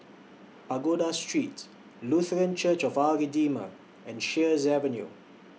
Pagoda Street Lutheran Church of Our Redeemer and Sheares Avenue